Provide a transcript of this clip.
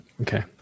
okay